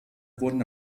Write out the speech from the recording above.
wurden